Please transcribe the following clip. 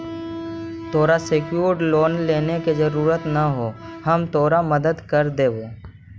तोरा secured loan लेने के जरूरत न हो, हम तोर मदद कर देबो